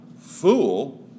fool